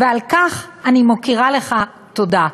ועל כך אני מכירה לך תודה.